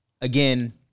again